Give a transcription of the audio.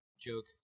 joke